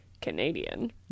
Canadian